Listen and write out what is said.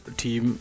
team